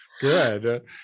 Good